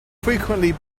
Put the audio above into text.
frequently